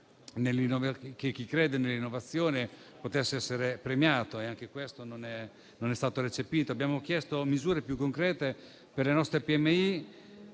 che chi crede nell'innovazione potesse essere premiato e anche questo non è stato recepito. Abbiamo chiesto misure più concrete per le nostre